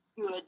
good